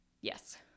yes